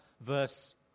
verse